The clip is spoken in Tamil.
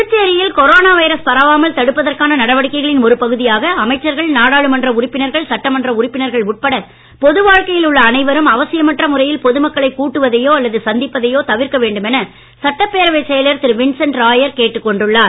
புதுச்சேரியில் கொரோனா வைரஸ் பரவாமல் தடுப்பதற்கான நடவடிக்கைகளின் ஒரு பகுதியாக அமைச்சர்கள் நாடாளுமன்ற உறுப்பினர்கள் சட்டமன்ற உறுப்பினர்கள் உட்பட பொதுவாழ்க்கையில் உள்ள அனைவரும் அவசியமற்ற முறையில் பொதுமக்களை கூட்டுவதையோ அல்லது சந்திப்பதையோ தவிர்க்க வேண்டும் என சட்டப்பேரவைச் ராயர் கேட்டுக்கொண்டுள்ளார்